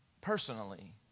personally